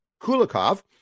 Kulikov